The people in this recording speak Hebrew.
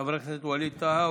חבר הכנסת ווליד טאהא,